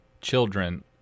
children